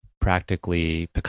practically